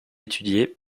étudié